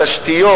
התשתיות,